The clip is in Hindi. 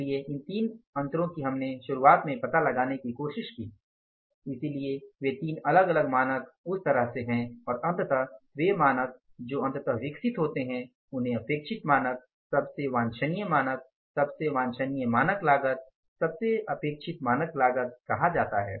इसलिए इन तीन अंतरों की हमने शुरुआत में पता लगाने की कोशिश की इसलिए वे तीन अलग अलग मानक उस तरह से हैं और अंततः वे मानक जो अंततः विकसित होते हैं उन्हें अपेक्षित मानक सबसे वांछनीय मानक सबसे वांछनीय मानक लागत सबसे अपेक्षित मानक लागत कहा जाता है